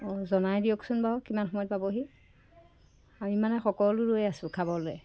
অঁ জনাই দিয়কচোন বাৰু কিমান সময়ত পাবহি আমি মানে সকলো ৰৈ আছোঁ খাবলৈ